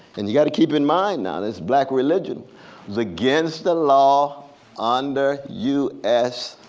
and you gotta keep in mind now, this black religion was against the law under u s.